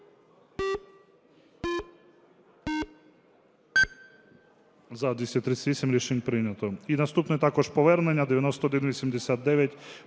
За-238 Рішення прийнято. І наступний також повернення. 9189: